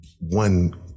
One